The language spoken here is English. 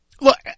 look